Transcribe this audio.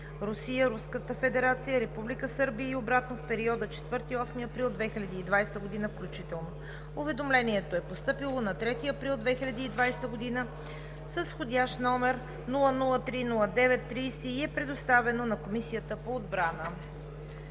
Русия – Руската федерация – Република Сърбия и обратно в периода 4 – 8 април 2020 г. включително. Уведомлението е постъпило на 3 април 2020 г. с вх. № 003-09-30 и е предоставено на Комисията по отбрана.